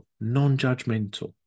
non-judgmental